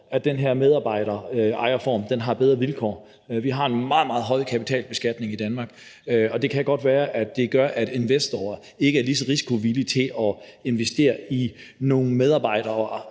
at den her medarbejderejerform har bedre vilkår. Vi har en meget, meget høj kapitalbeskatning i Danmark, og det kan godt være, at det gør, at investorer ikke er lige så risikovillige til at investere i medarbejdere